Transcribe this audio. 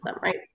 right